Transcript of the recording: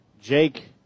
Jake